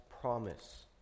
promise